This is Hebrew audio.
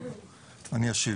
אשיב,